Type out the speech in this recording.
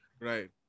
right